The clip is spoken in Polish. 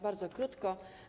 Bardzo krótko.